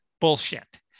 bullshit